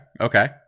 okay